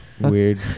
Weird